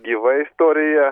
gyva istorija